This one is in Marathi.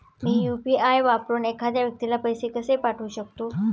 मी यु.पी.आय वापरून एखाद्या व्यक्तीला पैसे कसे पाठवू शकते?